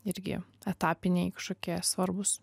irgi etapiniai kažkokie svarbūs